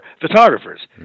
photographers